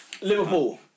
Liverpool